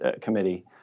Committee